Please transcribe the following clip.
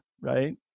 right